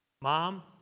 Mom